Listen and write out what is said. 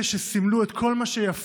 הם אלה שסימלו את כל מה שיפה,